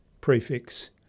prefix